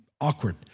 awkward